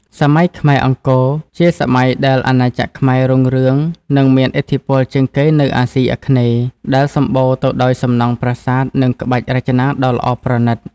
សម័យខ្មែរអង្គរ ជាសម័យដែលអាណាចក្រខ្មែររុងរឿងនិងមានឥទ្ធិពលជាងគេនៅអាសុីអាគ្នេយ៍ ដែលសំបូរទៅដោយសំណង់ប្រាសាទនិងក្បាច់រចនាដ៏ល្អប្រណិត។